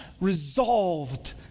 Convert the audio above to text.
resolved